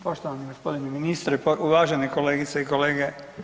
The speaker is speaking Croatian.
Poštovani g. ministre, uvažene kolegice i kolege.